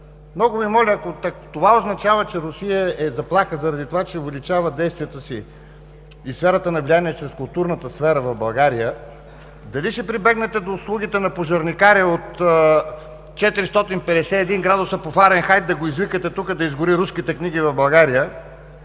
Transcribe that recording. Много Ви моля, ако това означава, че Русия е заплаха заради това, че увеличава действията си и сферата на влияние чрез културната сфера в България, дали ще прибегнете до услугите на пожарникаря от „451 градуса по Фаренхайт“, да го извикате тука да изгори руските книги в България,